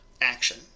action